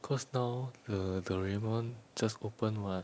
cause now the doraemon just open what